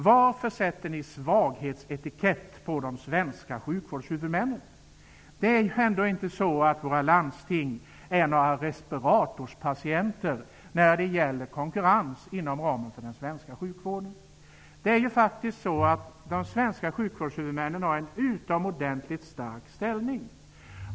Varför sätter ni en svaghetsetikett på de svenska sjukvårdshuvudmännen? Våra landsting är inte några respiratorpatienter när det gäller konkurrens inom ramen för den svenska sjukvården. De svenska sjukvårdshuvudmännen har en utomordentligt stark ställning.